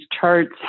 charts